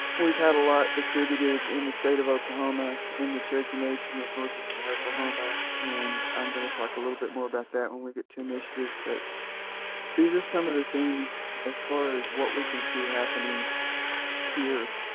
we've had a lot distributed in the state of oklahoma, in the cherokee nation of northeastern oklahoma and i'm gonna talk a little bit more about that when we get to initiatives. but these are some of the things as far as what we can see happening here.